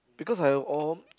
because I al~